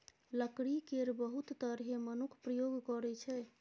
लकड़ी केर बहुत तरहें मनुख प्रयोग करै छै